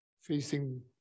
facing